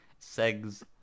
Segs